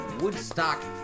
Woodstock